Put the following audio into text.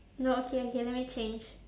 no okay okay let me change